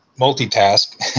Multitask